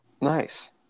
nice